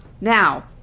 Now